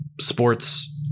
sports